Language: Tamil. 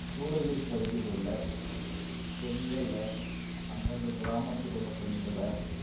சூலகிரி பகுதியில் உள்ள பெண்களை அந்தந்த கிராமத்தில் உள்ள பெண்கள